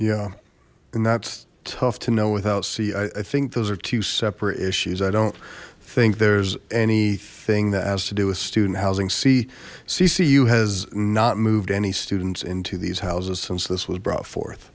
yeah and that's tough to know without see i think those are two separate issues i don't think there's anything that has to do with student housing see ccu has not moved any students into these houses since this was brought forth